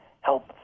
help